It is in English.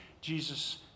Jesus